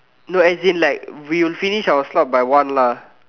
no as in like we'll finish our slot by one lah